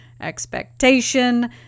expectation